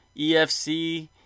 EFC